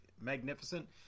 magnificent